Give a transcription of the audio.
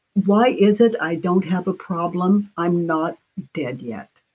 why is it i don't have a problem? i'm not dead yet